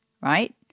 right